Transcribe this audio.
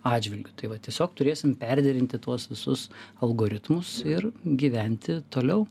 atžvilgiu tai va tiesiog turėsim perderinti tuos visus algoritmus ir gyventi toliau